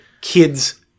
kids